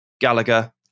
Gallagher